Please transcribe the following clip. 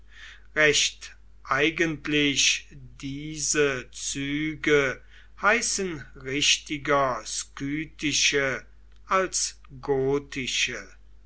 recht eigentlich diese züge heißen richtiger skythische als gotische